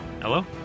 Hello